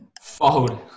Fold